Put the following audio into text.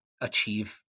achieve